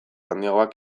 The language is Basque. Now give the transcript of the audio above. handiagoak